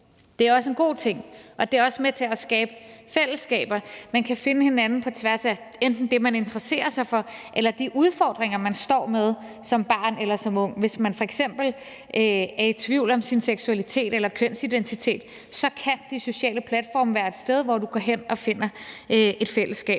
Det er også en god ting, og det er også med til at skabe fællesskaber. Man kan finde hinanden på tværs af enten det, man interesserer sig for, eller de udfordringer, man står med som barn eller som ung. Hvis man f.eks. er i tvivl om sin seksualitet eller kønsidentitet, kan de sociale platforme være et sted, hvor man går hen og finder et fællesskab.